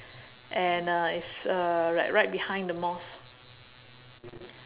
and uh it's uh righ~ right behind the mosque